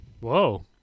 Whoa